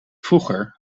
vroeger